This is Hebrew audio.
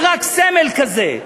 היא רק סמל כזה,